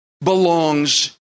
belongs